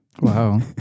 Wow